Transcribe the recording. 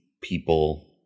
people –